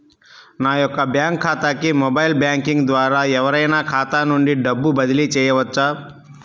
నా యొక్క బ్యాంక్ ఖాతాకి మొబైల్ బ్యాంకింగ్ ద్వారా ఎవరైనా ఖాతా నుండి డబ్బు బదిలీ చేయవచ్చా?